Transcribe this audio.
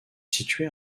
située